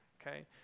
okay